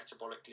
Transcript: metabolically